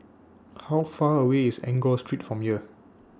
How Far away IS Enggor Street from here